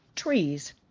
Trees